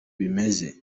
bimeze